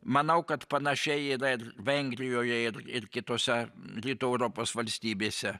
manau kad panašiai yra ir vengrijoje ir ir kitose rytų europos valstybėse